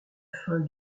fin